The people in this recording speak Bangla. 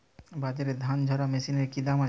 বাজারে ধান ঝারা মেশিনের কি দাম আছে?